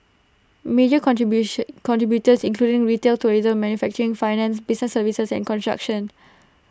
major contribution contributors including retail tourism manufacturing finance business services and construction